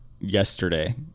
yesterday